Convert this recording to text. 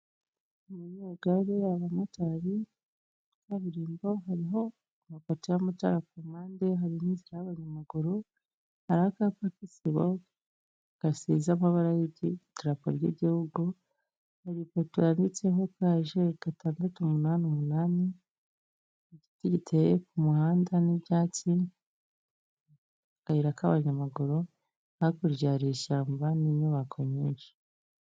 Abanyangare , abamotari kaburimbo hari amapoto y'amatara ku muhande, hari n'inzira y'abanyamaguru, hari k'isibo gasiza amabara y'idarapo ry'igihugu, hari ipoyo yanditseho hashe gatandatu umunani umunani, igiti giteye ku muhanda n'ibyatsi akayira k'abanyamaguru, hakurya hariye ishyamba n'inyubako nyinshi.